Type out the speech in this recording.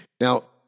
Now